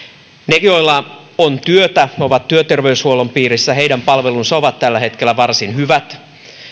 ne joilla on työtä ovat työterveyshuollon piirissä heidän palvelunsa ovat tällä hetkellä varsin hyvät